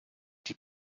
die